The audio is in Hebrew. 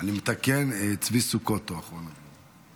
אני מתקן, צבי סוכות הוא אחרון הדוברים.